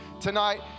tonight